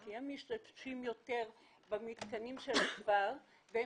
כי הם משתמשים יותר במתקנים של הכפר והם